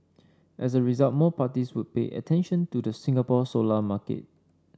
as a result more parties would pay attention to the Singapore solar market